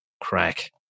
crack